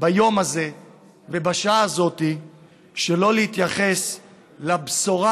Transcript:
ביום הזה ובשעה הזאת שלא להתייחס לבשורה